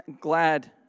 glad